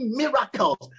miracles